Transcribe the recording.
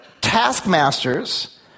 taskmasters